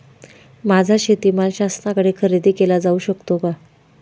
माझा शेतीमाल शासनाकडे खरेदी केला जाऊ शकतो का?